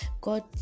God